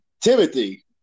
Timothy